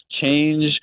change